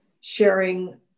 sharing